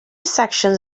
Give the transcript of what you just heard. sections